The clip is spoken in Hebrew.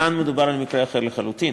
כאן מדובר על מקרה אחר לחלוטין,